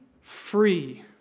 free